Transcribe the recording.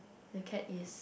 the cat is